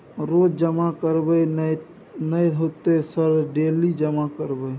रोज जमा करबे नए होते सर डेली जमा करैबै?